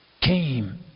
came